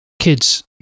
kids